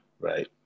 right